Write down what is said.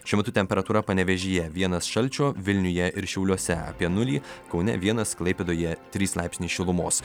šiuo metu temperatūra panevėžyje vienas šalčio vilniuje ir šiauliuose apie nulį kaune vienas klaipėdoje trys laipsniai šilumos